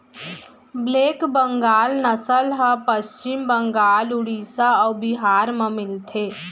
black Bengal नसल ह पस्चिम बंगाल, उड़ीसा अउ बिहार म मिलथे